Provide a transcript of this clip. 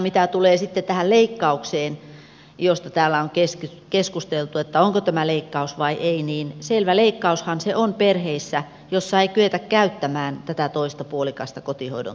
mitä tulee tähän leikkaukseen josta täällä on keskusteltu että onko tämä leikkaus vai ei niin selvä leikkaushan se on perheissä joissa ei kyetä käyttämään tätä toista puolikasta kotihoidon tukea